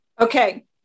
Okay